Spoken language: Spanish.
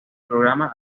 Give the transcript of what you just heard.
programa